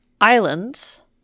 Islands